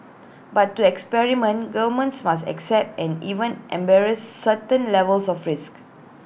but to experiment governments must accept and even embarrass certain levels of risk